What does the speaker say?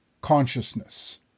consciousness